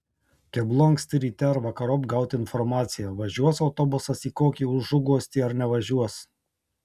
keblu anksti ryte ar vakarop gauti informaciją važiuos autobusas į kokį užuguostį ar nevažiuos